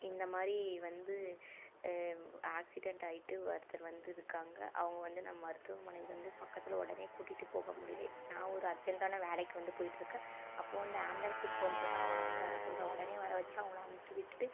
இந்த மாதிரி வந்து ஆக்சிடெண்ட் ஆகிட்டு ஒருத்தர் வந்து இருக்காங்க அவங்க வந்து நான் மருத்துவமனை வந்து பக்கத்தில் உடனே கூட்டிகிட்டு போக முடியல நான் ஒரு அர்ஜென்ட்டான வேலைக்கு வந்து போயிட்டுருக்கேன் அப்போது வந்து ஆம்புலன்ஸுக்கு ஃபோன் போட்டு அவங்கள வந்து வர சொல்கிறேன் உடனே வரவச்சி அவங்கள அனுமுச்சி விட்டுட்டு